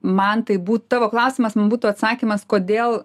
man tai būt tavo klausimas man būtų atsakymas kodėl